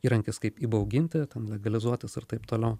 įrankis kaip įbauginti ten legalizuotis ir taip toliau